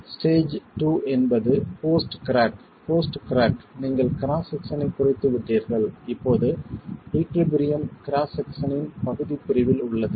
stage II என்பது post crack post crack நீங்கள் cross செக்சனைக் குறைத்துவிட்டீர்கள் இப்போது ஈகுலிபிரியம் கிராஸ் செக்சனின் பகுதிப் பிரிவில் உள்ளது